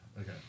Okay